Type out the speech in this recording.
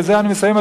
ובזה אני מסיים,